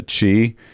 Chi